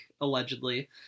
allegedly